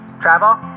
Travel